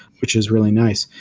which is really nice.